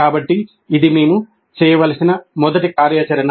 కాబట్టి ఇది మేము చేయవలసిన మొదటి కార్యాచరణ